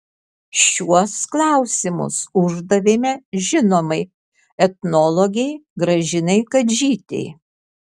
šiuos klausimus uždavėme žinomai etnologei gražinai kadžytei